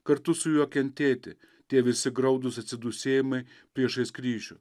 kartu su juo kentėti tie visi graudūs atsidūsėjimai priešais kryžių